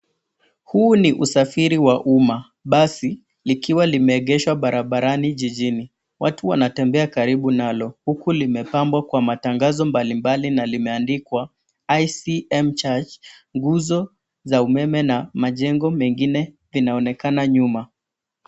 Huu ni usafiri wa umma. Basi likiwa limeegeshwa barabarani jijini. Watu wanatembea karibu nalo huku limepambwa kwa matangazo mbalimbali na limeandikwa ICM church. Nguzo za umeme na majengo mengine vinaonekana nyuma.